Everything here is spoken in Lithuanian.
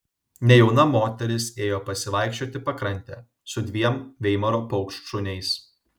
nejauna moteris ėjo pasivaikščioti pakrante su dviem veimaro paukštšuniais